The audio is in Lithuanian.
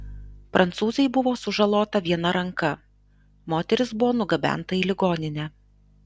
prancūzei buvo sužalota viena ranka moteris buvo nugabenta į ligoninę